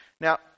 Now